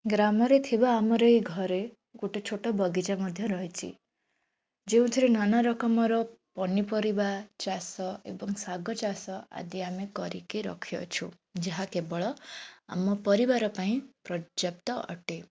ଗ୍ରାମରେ ଥିବା ଆମର ଏଇ ଘରେ ଗୋଟେ ଛୋଟ ବଗିଚା ମଧ୍ୟ ରହିଛି ଯେଉଁଥିରେ ନାନା ରକମର ପନିପରିବା ଚାଷ ଏବଂ ଶାଗ ଚାଷ ଆଦି ଆମେ କରିକି ରଖିଅଛୁ ଯାହା କେବଳ ଆମ ପରିବାର ପାଇଁ ପ୍ରଯ୍ୟାପ୍ତ ଅଟେ